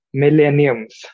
millenniums